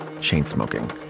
chain-smoking